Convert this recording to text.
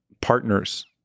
partners